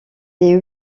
les